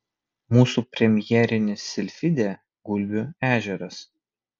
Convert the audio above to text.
mūsų premjerinis silfidė gulbių ežeras